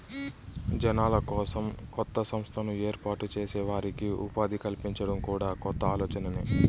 జనాల కోసం కొత్త సంస్థను ఏర్పాటు చేసి వారికి ఉపాధి కల్పించడం కూడా కొత్త ఆలోచనే